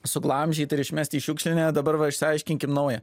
suglamžyt ir išmest į šiukšlinę dabar va išsiaiškinkim naują